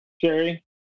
Jerry